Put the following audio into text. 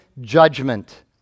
judgment